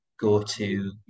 go-to